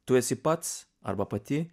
tu esi pats arba pati